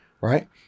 right